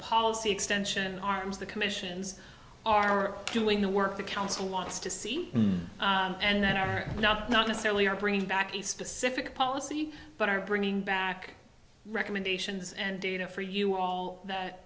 policy extension arms the commissions are doing the work the council wants to see and that are now not necessarily or bring back a specific policy but are bringing back recommendations and data for you all that